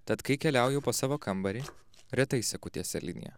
tad kai keliauju po savo kambarį retai seku tiesia linija